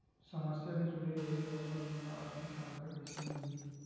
समस्या ले जुड़े लोगन मन ल आर्थिक सहायता कइसे मिलही?